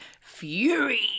fury